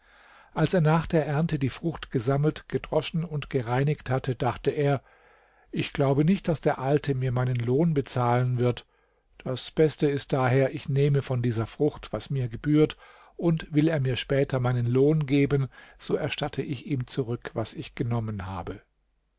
als er nach der ernte die frucht gesammelt gedroschen und gereinigt hatte dachte er ich glaube nicht daß der alte mir meinen lohn bezahlen wird das beste ist daher ich nehme von dieser frucht was mir gebührt und will er mir später meinen lohn geben so erstatte ich ihm zurück was ich genommen habe